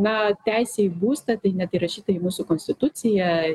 na teisė į būstą tai net įrašyta į mūsų konstituciją